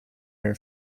her